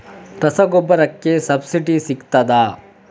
ರಸಗೊಬ್ಬರಕ್ಕೆ ಸಬ್ಸಿಡಿ ಸಿಗ್ತದಾ?